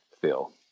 feel